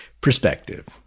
perspective